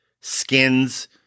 Skins